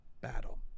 battle